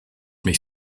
mich